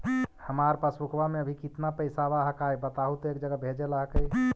हमार पासबुकवा में अभी कितना पैसावा हक्काई बताहु तो एक जगह भेजेला हक्कई?